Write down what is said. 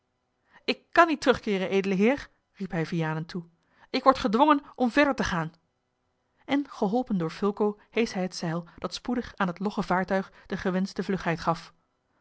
ik kan niet terugkeeren edele heer riep hij vianen toe ik word gedwongen om verder te gaan en geholpen door fulco heesch hij het zeil dat spoedig aan het logge vaartuig de gewenschte vlugheid gaf